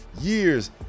years